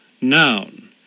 Noun